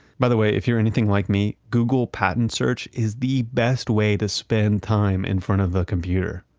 by the way, if you're anything like me, google patent search is the best way to spend time in front of the computer.